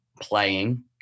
playing